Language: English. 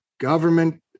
government